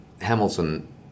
Hamilton